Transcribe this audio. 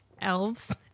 elves